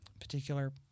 particular